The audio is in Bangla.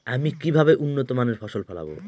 আমি কিভাবে উন্নত মানের ফসল ফলাব?